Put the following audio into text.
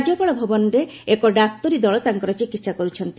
ରାଜ୍ୟପାଳ ଭବନରେ ଏକ ଡାକ୍ତରୀ ଦଳ ତାଙ୍କର ଚିକିତ୍ସା କର୍ରଛନ୍ତି